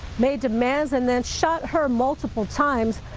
made demands and then shot her multiple times.